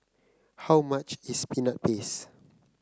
how much is Peanut Paste